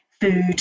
food